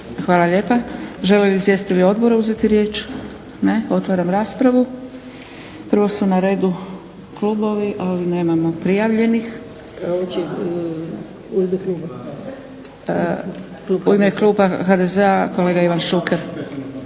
Hvala lijepa. Žele li izvjestitelji odbora uzeti riječ? Ne. Otvaram raspravu. Prvo su na redu klubovi, ali nemamo prijavljenih. U ime Kluba HDZ-a kolega Ivan Šuker.